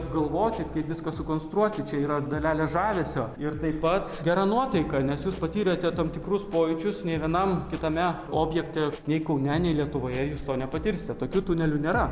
apgalvoti kaip viską sukonstruoti čia yra dalelė žavesio ir taip pat gera nuotaika nes jūs patyrėte tam tikrus pojūčius nė vienam kitame objekte nei kaune nei lietuvoje jūs to nepatirsite tokių tunelių nėra